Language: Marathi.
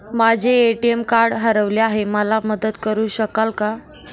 माझे ए.टी.एम कार्ड हरवले आहे, मला मदत करु शकाल का?